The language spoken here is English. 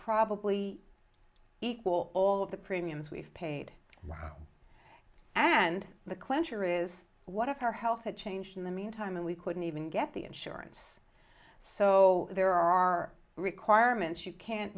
probably equal all of the premiums we've paid and the clincher is what if our health had changed in the meantime and we couldn't even get the insurance so there are requirements you can't